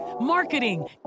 marketing